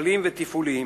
אדריכליים ותפעוליים.